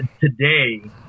today